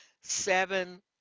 seven